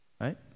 right